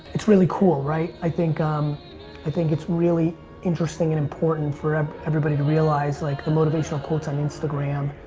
it's really cool, right? i think um i think it's really interesting and important for everybody to realize like the motivational quotes on instagram,